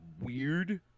weird